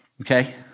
Okay